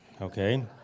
okay